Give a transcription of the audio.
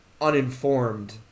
uninformed